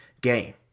game